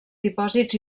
dipòsits